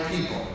people